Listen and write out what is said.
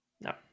No